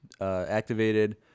Activated